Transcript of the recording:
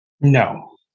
No